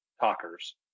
talkers